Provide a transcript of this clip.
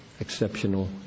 exceptional